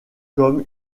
comme